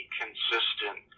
consistent